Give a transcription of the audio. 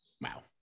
wow